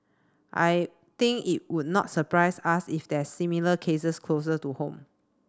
I think it would not surprise us if there are similar cases closer to home